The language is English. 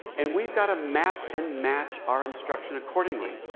and we've got to map and match our instruction accordingly.